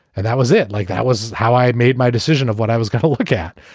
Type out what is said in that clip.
and that was it like that was how i made my decision of what i was going to look at.